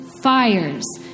fires